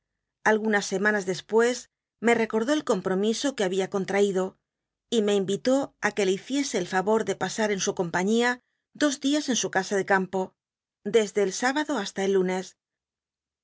algunas semanas despues me recordó el compromiso que había contaaido y me invitó á que le hiciese el favor de pasar en su compañia dos dias en su casa de campo desde el sábado hasta el lunes